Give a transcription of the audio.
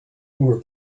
over